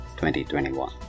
2021